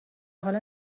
حالا